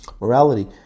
morality